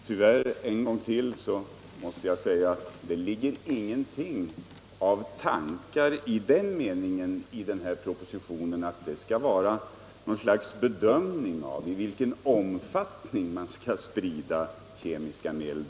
Herr talman! Tyvärr måste jag en gång till upprepa att det i propositionen inte görs någon bedömning av i vilken omfattning man skall sprida kemiska bekämpningsmedel.